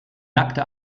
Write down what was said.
nackte